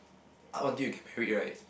up until you get married right